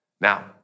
Now